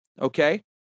okay